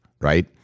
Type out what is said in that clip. right